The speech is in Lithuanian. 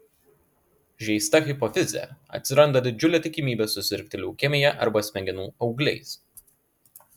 žeista hipofize atsiranda didžiulė tikimybė susirgti leukemija arba smegenų augliais